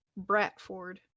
Bratford